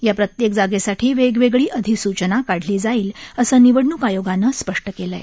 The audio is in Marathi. या प्रत्येक जागेसाठी वेगवेगळी अधिसूचना काढली जाईल असं निवडणूक आयोगानं स्पष्ट केलं आहे